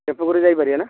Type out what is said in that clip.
tempo କରିଯାଇପାରିବା ନା